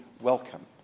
welcome